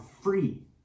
free